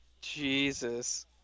Jesus